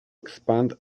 expand